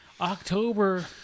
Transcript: October